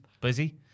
busy